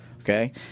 Okay